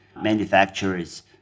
manufacturers